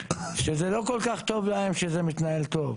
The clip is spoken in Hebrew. נציגים שזה לא כל כך טוב להם שזה מתנהל טוב.